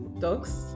Dogs